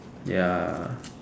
ya